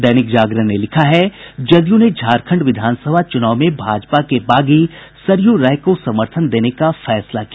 दैनिक जागरण ने लिखा है जदयू ने झारखंड विधानसभा चुनाव में भाजपा के बागी सरयू राय को समर्थन देने का फैसला किया